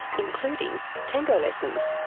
including tango lessons.